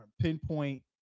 pinpoint